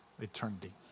eternity